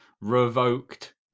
Revoked